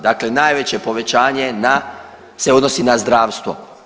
Dakle, najveće povećanje na, se odnosi na zdravstvo.